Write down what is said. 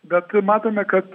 bet matome kad